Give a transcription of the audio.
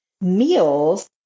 meals